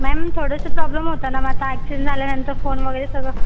ma'am थोडंसं problem होता ना मग आता ॲक्सिडंट झाल्यानंतर फोन वगैरे सगळं